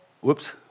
whoops